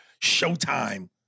Showtime